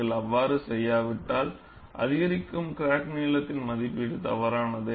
நீங்கள் அவ்வாறு செய்யாவிட்டால் அதிகரிக்கும் கிராக்நீளத்தின் மதிப்பீடு தவறானது